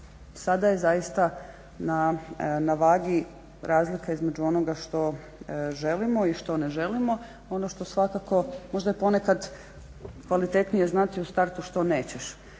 sada je zaista na vagi razlika između onoga što želimo i što ne želimo. Ono što svakako možda je ponekad kvalitetnije znati u startu što nećeš.